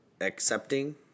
accepting